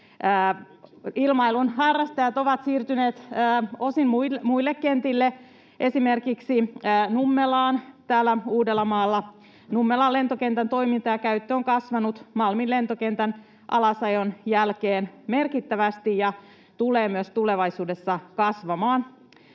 Ilmailun harrastajat ovat siirtyneet osin muille kentille, esimerkiksi Nummelaan täällä Uudellamaalla. Nummelan lentokentän toiminta ja käyttö on kasvanut Malmin lentokentän alasajon jälkeen merkittävästi ja tulee myös tulevaisuudessa kasvamaan.